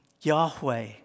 Yahweh